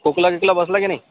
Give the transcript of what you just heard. खोकला बिकला बसला की नाही